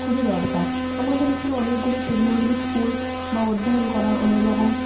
খুবই দরকার আমাদের এখানেও অনেকগুলি টেকনোলজি স্কুল বা অধ্যায়ন করার অনেক রকম